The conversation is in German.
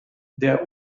der